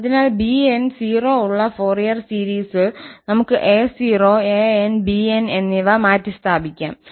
അതിനാൽ 𝑏n′𝑠 0 ഉള്ള ഫൊറിയർ സീരീസിൽ നമുക്ക് 𝑎0 𝑎n′𝑠 𝑏n′𝑠 എന്നിവക്ക് മാറ്റിസ്ഥാപിക്കാം